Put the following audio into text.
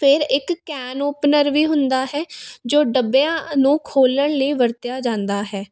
ਫਿਰ ਇੱਕ can opener ਵੀ ਹੁੰਦਾ ਹੈ ਜੋ ਡੱਬਿਆਂ ਨੂੰ ਖੋਲ੍ਹਣ ਲਈ ਵਰਤਿਆ ਜਾਂਦਾ ਹੈ